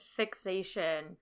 fixation